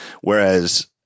Whereas